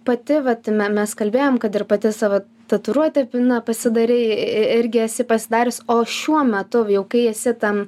pati vat me mes kalbėjom kad ir pati savo tatuiruotę na pasidarei irgi esi pasidarius o šiuo metu jau kai esi tam